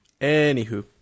anywho